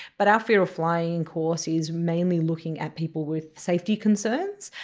but our fear of flying course is mainly looking at people with safety concerns.